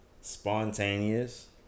spontaneous